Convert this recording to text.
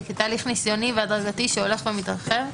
כתהליך ניסיוני והדרגתי שהולך ומתרחב.